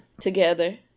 together